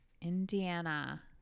Indiana